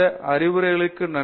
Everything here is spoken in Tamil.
இந்த அறிவுரைகளுக்கு நன்றி